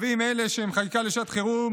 היושב-ראש,